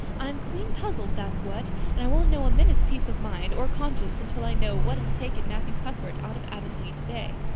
i'm clean puzzled, that's what, and i won't know a minute's peace of mind or conscience until i know what has taken matthew cuthbert out of avonlea today.